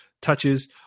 touches